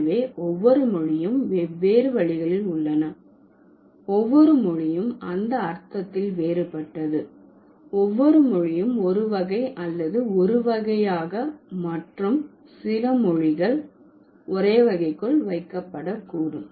எனவே ஒவ்வொரு மொழியும் வெவ்வேறு வழிகளில் உள்ளன ஒவ்வொரு மொழியும் அந்த அர்த்தத்தில் வேறுபட்டது ஒவ்வொரு மொழியும் ஒரு வகை அல்லது ஒரு வகையாக மற்றும் சில மொழிகள் ஒரே வகைக்குள் வைக்கப்படக்கூடும்